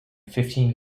fifteen